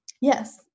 yes